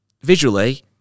visually